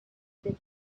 big